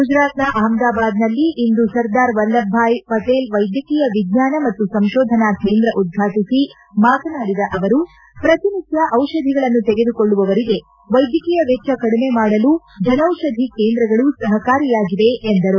ಗುಜರಾತ್ನ ಅಹಮದಾಬಾದ್ನಲ್ಲಿಂದು ಸರ್ದಾರ್ ವಲ್ಲಭ ಭಾಯ್ ಪಟೇಲ್ ವೈದ್ಯಕೀಯ ವಿಜ್ವಾನ ಮತ್ತು ಸಂಶೋಧನಾ ಕೇಂದ್ರ ಉದ್ಘಾಟಿಸಿ ಮಾತನಾಡಿದ ಅವರು ಪ್ರತಿನಿತ್ಯ ಚಿಷಧಿಗಳನ್ನು ತೆಗೆದುಕೊಳ್ಳುವವರಿಗೆ ವೈದ್ಯಕೀಯ ವೆಚ್ಚ ಕಡಿಮೆ ಮಾಡಲು ಜನೌಷಧಿ ಕೇಂದ್ರಗಳು ಸಹಕಾರಿಯಾಗಿವೆ ಎಂದರು